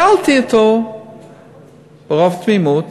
שאלתי אותו ברוב תמימות